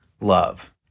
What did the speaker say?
love